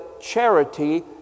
charity